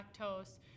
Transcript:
lactose